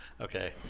okay